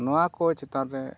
ᱱᱚᱣᱟᱠᱚ ᱪᱮᱛᱟᱱᱨᱮ